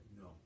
no